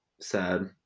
Sad